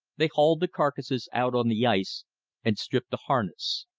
they hauled the carcasses out on the ice and stripped the harness.